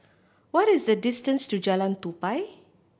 what is the distance to Jalan Tupai